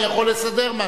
אני יכול לסדר משהו.